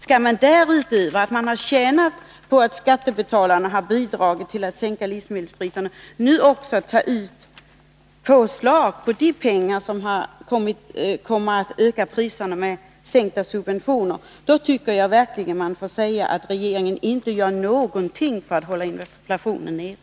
Skall man utöver att man har tjänat på att skattebetalarna har bidragit till att sänka livsmedelspriserna nu också ta ut påslag på de pengar som kommer att öka priserna med sänkta subventioner? Då tycker jag verkligen att det kan sägas att regeringen inte gör någonting för att hålla inflationen nere.